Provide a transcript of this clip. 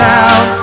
out